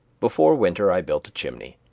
before winter i built a chimney,